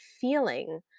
feeling